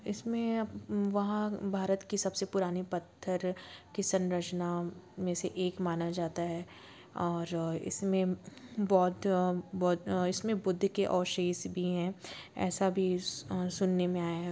इसमें वहाँ भारत के सब से पुराने पत्थर की संरचना में से एक माना जाता है और इसमें बौद्ध इसमें बुद्ध के अवशेश भी हैं ऐसा भी सुनने में आया है